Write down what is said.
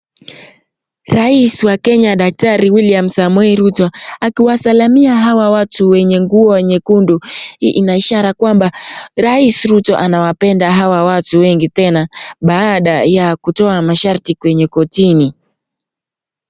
Rais wa kenya daktari William Samoei Ruto akiwasalamia hawa watu wenye nguo nyekundu ina ishara kwamba rais ruto anawapenda hawa watu wengi tena baada ya kutoa masharti kwenye kortini.